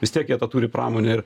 vis tiek jie tą turi pramonę ir